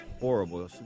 horrible